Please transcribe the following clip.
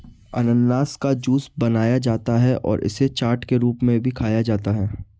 अनन्नास का जूस बनाया जाता है और इसे चाट के रूप में भी खाया जाता है